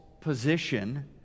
position